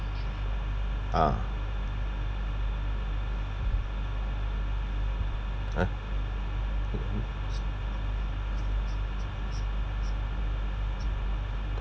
uh uh